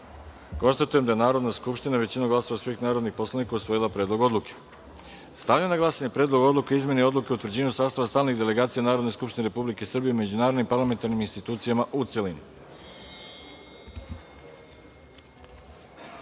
poslanika. Konstatujem da je Narodna skupština većinom glasova svih narodnih poslanika usvojila Predlog odluke. Stavljam na glasanje Predlog odluke o izmeni Odluke o utvrđivanju sastava stalnih delegacija Narodne skupštine Republike Srbije u međunarodnim parlamentarnim institucijama, u